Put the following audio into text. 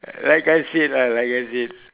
like I said ah like I said